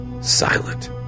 silent